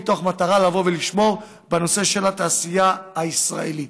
מתוך מטרה לשמור על הנושא של התעשייה הישראלית.